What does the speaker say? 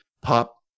pop